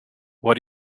what